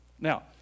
Now